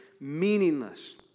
meaningless